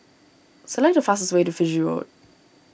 select the fastest way to Fiji Road